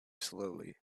slowly